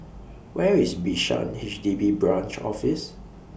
Where IS Bishan H D B Branch Office